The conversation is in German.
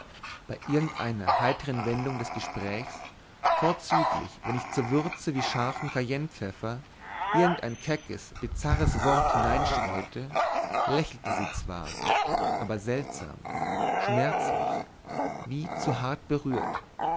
bei irgend einer heitern wendung des geprächs vorzüglich wenn ich zur würze wie scharfen cayenne pfeffer irgend ein keckes bizarres wort hineinstreute lächelte sie zwar aber seltsam schmerzlich wie zu hart berührt